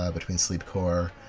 ah between sleepcore,